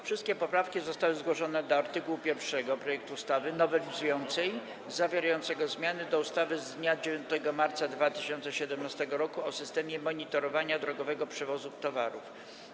Wszystkie poprawki zostały zgłoszone do art. 1 projektu ustawy nowelizującej zawierającego zmiany do ustawy z dnia 9 marca 2017 r. o systemie monitorowania drogowego przewozu towarów.